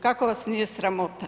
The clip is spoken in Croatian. Kako vas nije sramota.